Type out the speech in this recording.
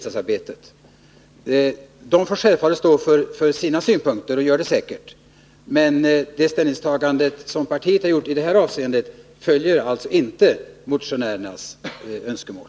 De får självfallet stå för sina synpunkter och gör det säkert, men det ställningstagande vårt parti gjort i detta avseende överensstämmer alltså inte med motionärernas önskemål.